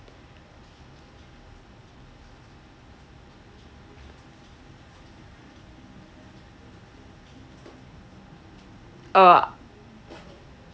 uh